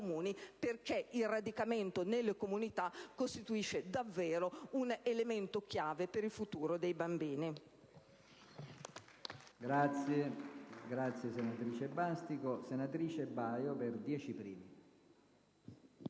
perché il radicamento nelle comunità costituisce un elemento essenziale per il futuro dei bambini.